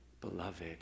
Beloved